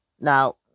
Now